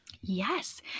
Yes